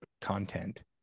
content